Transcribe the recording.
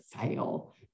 fail